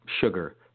sugar